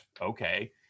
okay